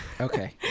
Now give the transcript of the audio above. Okay